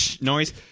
noise